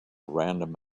random